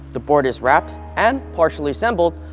the board is wrapped, and partially assembled,